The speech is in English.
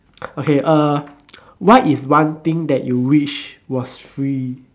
okay uh what is one thing that you wish was free